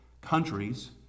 countries